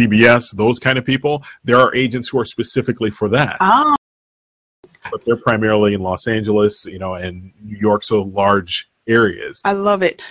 s those kind of people there are agents who are specifically for that but they're primarily in los angeles you know and york so large areas i love it